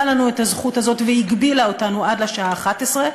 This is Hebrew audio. לנו את הזכות הזאת והגבילה אותנו עד לשעה 11:00,